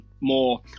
more